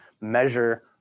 measure